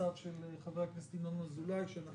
יועציו של חבר הכנסת ינון אזולאי את